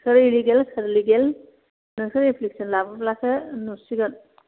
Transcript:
सोर इलिगेल सोर लिगेल नोंसोर एफ्लिखेसन लाबोब्लासो नुसिगोन